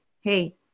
Hey